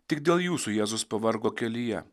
tik dėl jūsų jėzus pavargo kelyje